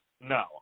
No